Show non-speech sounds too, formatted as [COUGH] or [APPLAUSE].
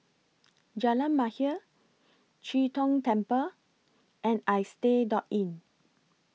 [NOISE] Jalan Mahir Chee Tong Temple and Istay Door Inn